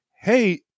Hey